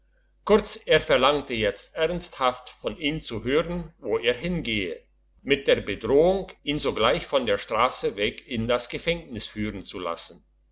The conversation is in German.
kurz er verlangte jetzt ernsthaft von ihm zu hören wo er hingehe mit der bedrohung ihn sogleich von der strasse weg in das gefängnis führen zu lassen